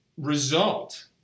Result